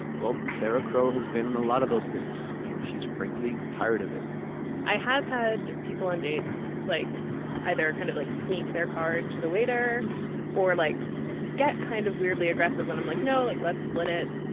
well sarah crowe has been in a lot of those dates and she's frankly tired of it i have had people on dates like either kind of like sneak their card to the waiter or like get kind of weirdly aggressive when i'm like no like let's split it.